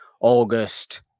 August